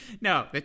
no